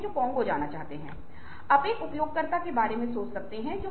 इसलिए हमें हमेशा उस विशेष स्थान की संस्कृति का सम्मान और आदर करना होगा